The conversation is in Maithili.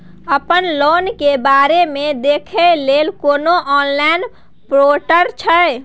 अपन लोन के बारे मे देखै लय कोनो ऑनलाइन र्पोटल छै?